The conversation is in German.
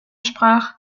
sprach